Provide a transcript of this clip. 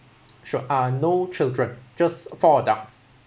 sure uh no children just four adults